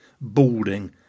balding